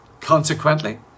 Consequently